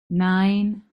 nine